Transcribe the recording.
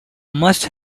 must